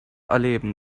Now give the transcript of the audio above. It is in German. erleben